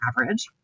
average